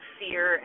fear